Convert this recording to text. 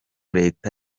reta